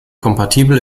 kompatibel